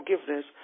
forgiveness